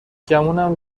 گمونم